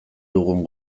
dugun